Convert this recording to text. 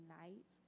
night